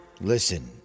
Listen